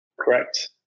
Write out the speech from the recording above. Correct